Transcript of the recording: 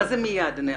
מה זה "מיד" ?